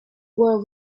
world